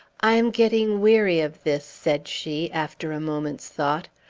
i am getting weary of this, said she, after a moment's thought.